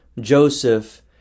Joseph